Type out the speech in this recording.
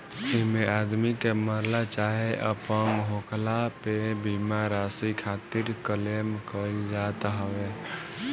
एमे आदमी के मरला चाहे अपंग होखला पे बीमा राशि खातिर क्लेम कईल जात हवे